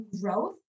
growth